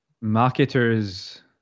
marketers